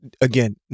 Again